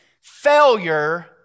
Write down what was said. failure